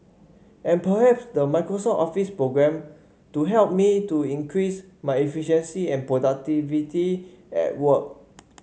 and perhaps the Microsoft Office programme to help me to increase my efficiency and productivity at work